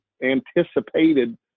anticipated